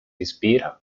ispira